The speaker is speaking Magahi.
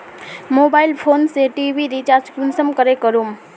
मोबाईल फोन से टी.वी रिचार्ज कुंसम करे करूम?